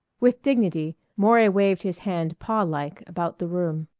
with dignity maury waved his hand paw-like about the room.